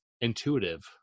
intuitive